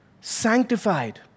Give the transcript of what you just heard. sanctified